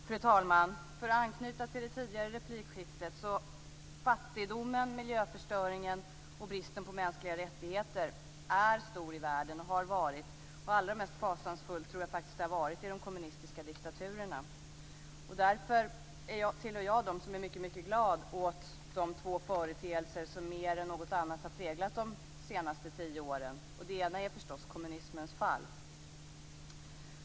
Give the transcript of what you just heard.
Fru talman! För att anknyta till det tidigare replikskiftet vill jag säga att det är och har varit en stor fattigdom, miljöförstöring och brist på mänskliga rättigheter i världen. Allra mest fasansfullt tror jag faktiskt att det har varit i de kommunistiska diktaturerna. Därför tillhör jag dem som är mycket glada åt de två företeelser som mer än något annat har präglat de senaste tio åren. Den ena är förstås kommunismens fall.